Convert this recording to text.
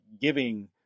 giving